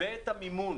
ואת המימון